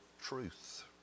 truth